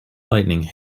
lightning